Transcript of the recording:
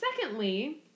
secondly